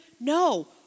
No